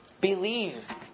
Believe